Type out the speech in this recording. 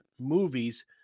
movies